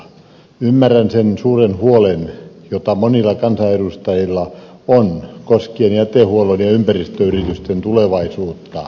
ymmärrän sen suuren huolen jota monilla kansanedustajilla on koskien jätehuollon ja ympäristöyritysten tulevaisuutta